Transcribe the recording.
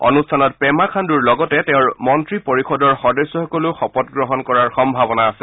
অনুষ্ঠানত পেমা খাণ্ডুৰ লগতে তেওঁৰ মন্ত্ৰী পৰিষদৰ সদস্যসকলেও শপত গ্ৰহণ কৰাৰ সম্ভাৱনা আছে